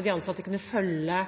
de ansatte kunne følge